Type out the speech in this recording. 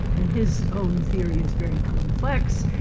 and his own theory is very complex.